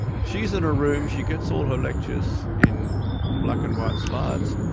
she's in a room, she gets all her lectures in black and white slides.